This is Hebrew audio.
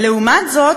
לעומת זאת,